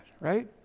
right